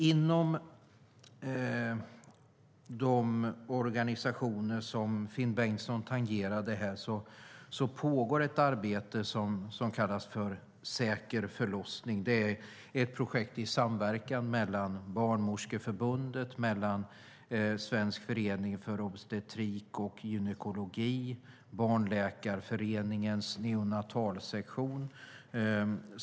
Inom de organisationer som Finn Bengtsson tangerade här pågår ett arbete som kallas Säker förlossningsvård. Det är ett projekt i samverkan mellan Barnmorskeförbundet, Svensk Förening för Obstetrik och Gynekologi och Barnläkarföreningens neonatalsektion.